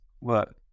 work